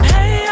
Hey